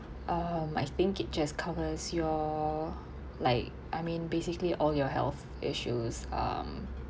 um I think it just covers your like I mean basically all your health issues um